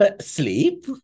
Sleep